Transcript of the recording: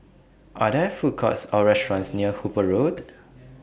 Are There Food Courts Or restaurants near Hooper Road